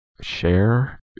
share